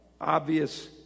obvious